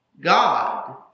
God